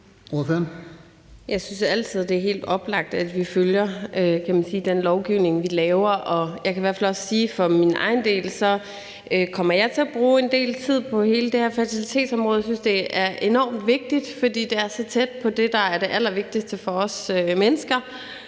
Jeg synes altid, det er helt oplagt, at vi følger den lovgivning, vi laver. Jeg kan i hvert fald også for min egen del sige, at jeg kommer til at bruge en del tid på hele det her fertilitetsområde. Jeg synes, det er enormt vigtigt, fordi det er så tæt på det, der er det allervigtigste for os mennesker,